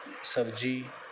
ਸਬਜ਼ੀ